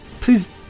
please